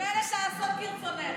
מוזמנת לעשות כרצונך.